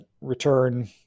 return